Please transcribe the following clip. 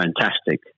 fantastic